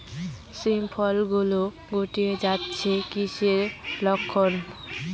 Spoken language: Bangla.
শিম ফল গুলো গুটিয়ে যাচ্ছে কিসের লক্ষন?